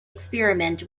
experiment